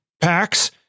packs